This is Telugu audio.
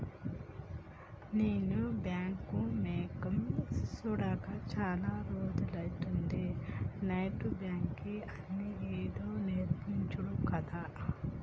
నేను బాంకు మొకేయ్ సూడక చాల రోజులైతంది, నెట్ బాంకింగ్ అని ఏదో నేర్పించిండ్రు గదా